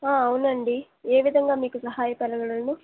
అవునండి ఏ విధంగా మీకు సహాయ పడగలను